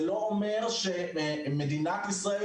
זה לא אומר שמדינת ישראל,